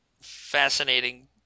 Fascinating